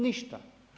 Ništa.